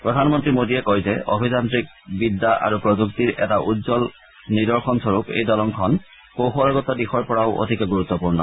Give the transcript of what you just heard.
প্ৰধানমন্ত্ৰী মোদীয়ে কয় যে অভিযান্ত্ৰিক বিদ্যা আৰু প্ৰযুক্তিৰ এটা উজ্জ্বল নিৰদৰ্শনস্বৰূপ এই দলংখন কৌশলগত দিশৰ পৰাও অতিকে গুৰুত্পূৰ্ণ